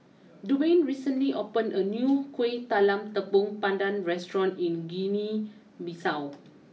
Duane recently opened a new Kueh Talam Tepong Pandan restaurant in Guinea Bissau